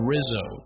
Rizzo